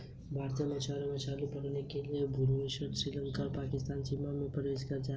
भारतीय मछुआरे मछली पकड़ने के लिए भूलवश श्रीलंका या पाकिस्तानी सीमा में प्रवेश कर जाते हैं